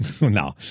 No